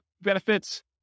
benefits